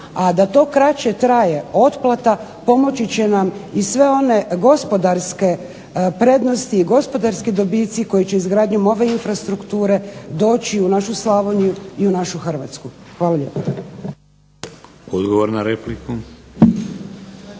a da to kraće traje otplata pomoći će nam i sve one gospodarske prednosti i gospodarski dobici koji će izgradnjom ove infrastrukture doći u našu Slavoniju i u našu Hrvatsku. Hvala lijepa.